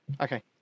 Okay